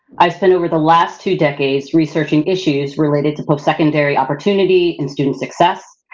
i've spent over the last two decades researching issues related to postsecondary opportunity and student success.